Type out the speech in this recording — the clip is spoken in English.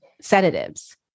sedatives